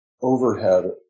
overhead